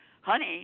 Honey